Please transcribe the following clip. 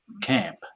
camp